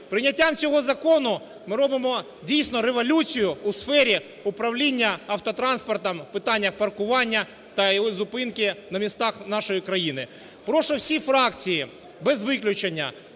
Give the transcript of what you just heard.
Прийняттям цього закону ми робимо, дійсно, революцію у сфері управління автотранспортом в питаннях паркування та його зупинки в містах нашої країни. Прошу всі фракції без виключення,